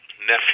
nephew